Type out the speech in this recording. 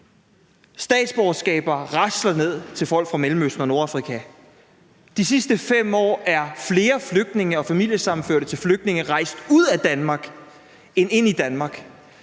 statsborgerskaber til folk fra Mellemøsten og Nordafrika rasler ned, at de sidste 5 år er flere flygtninge og familiesammenførte til flygtninge rejst ud af Danmark end ind i Danmark,